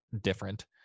different